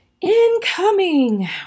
Incoming